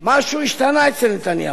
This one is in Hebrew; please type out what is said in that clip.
משהו השתנה אצל נתניהו.